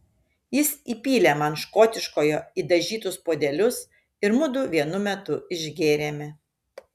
jis įpylė man škotiškojo į dažytus puodelius ir mudu vienu metu išgėrėme